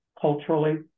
culturally